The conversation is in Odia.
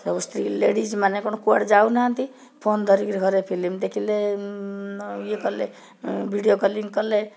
ସବୁ ସ୍ତ୍ରୀ ଲେଡ଼ିଜ୍ମାନେ କ'ଣ କୁଆଡ଼େ ଯାଉନାହାନ୍ତି ଫୋନ୍ ଧରିକିରି ଘରେ ଫିଲ୍ମ ଦେଖିଲେ ଇଏ କଲେ ଭିଡ଼ିଓ କଲିଂ କଲେ